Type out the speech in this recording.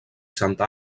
santa